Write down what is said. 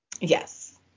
Yes